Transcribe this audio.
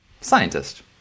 Scientist